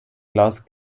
klaus